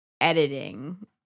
editing